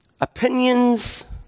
Opinions